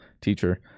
teacher